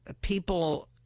people